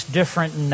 different